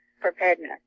preparedness